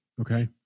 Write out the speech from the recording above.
Okay